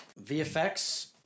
VFX